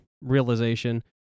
realization